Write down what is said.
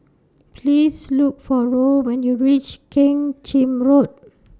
Please Look For Roll when YOU REACH Keng Chin Road